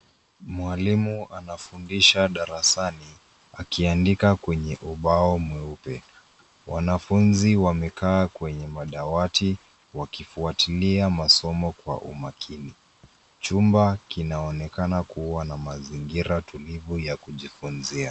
Mwalimu anamfundisha darasani akiandika kwenye ubao mweupe. Wanafunzi wamekaa kwenye madawati wakifuatilia masomo kwa umakini. Chumba kinaonekana kuwa na mazingira tulivu ya kujifunzia.